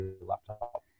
laptop